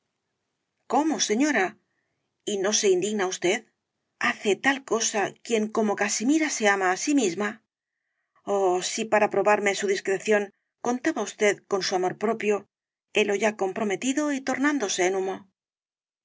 cómo señora y no se indigna usted hace tal cosa quien como casimira se ama á sí misma oh si para probarme su discreción contaba usted con su amor propio helo ya comprometido y tornándose en humo